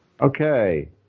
Okay